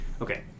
okay